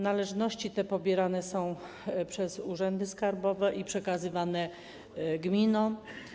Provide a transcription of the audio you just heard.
Należności te pobierane są przez urzędy skarbowe i przekazywane gminom.